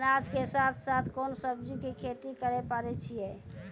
अनाज के साथ साथ कोंन सब्जी के खेती करे पारे छियै?